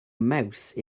mouse